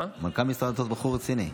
מנכ"ל משרד הדתות בחור רציני.